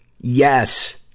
yes